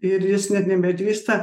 ir jis net nebedrįsta